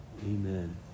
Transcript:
Amen